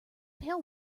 pail